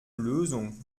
lösung